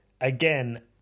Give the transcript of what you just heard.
Again